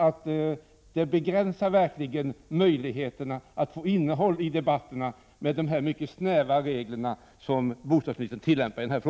Att bostadsministern tillämpar så snäva regler i denna fråga begränsar verkligen möjligheterna att få innehåll i debatten.